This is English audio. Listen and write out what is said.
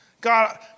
God